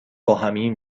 باهمیم